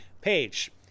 page